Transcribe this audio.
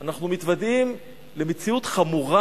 אנחנו מתוודעים למציאות חמורה,